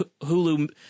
hulu